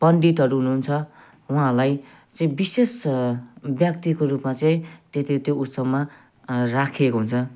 पण्डितहरू हुनुहुन्छ उहाँहरूलाई चाहिँ विशेष व्यक्तिको रूपमा चाहिँ त्यही त्यही त्यो उत्सवमा राखिएको हुन्छ